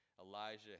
Elijah